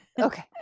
Okay